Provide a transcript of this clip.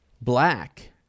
Black